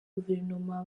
guverinoma